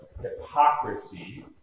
hypocrisy